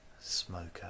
smoker